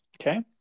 Okay